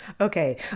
Okay